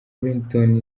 ringtone